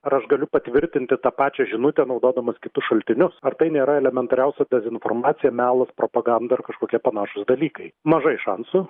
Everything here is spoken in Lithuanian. ar aš galiu patvirtinti tą pačią žinutę naudodamas kitus šaltinius ar tai nėra elementariausia dezinformacija melas propaganda ar kažkokie panašūs dalykai mažai šansų